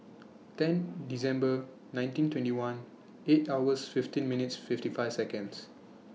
ten December nineteen twenty one eight hours fifteen minutes fifty five Seconds